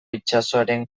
itsasoaren